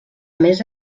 més